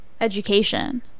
education